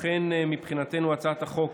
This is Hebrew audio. לכן, מבחינתנו, הצעת החוק